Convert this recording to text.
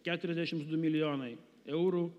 keturiasdešims du milijonai eurų